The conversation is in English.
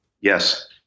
Yes